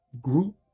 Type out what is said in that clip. group